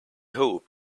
hoped